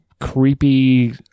creepy